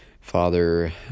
Father